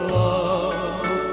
love